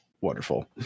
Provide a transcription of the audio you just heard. Wonderful